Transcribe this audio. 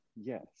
Yes